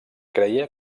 creia